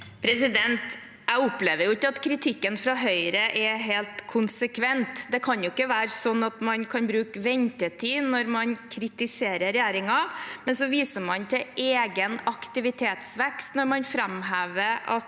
Jeg opplever ikke at kritikken fra Høyre er helt konsekvent. Det kan ikke være sånn at man kan bruke ventetid når man kritiserer regjeringen, men viser til egen aktivitetsvekst når man framhever at